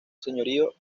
señorío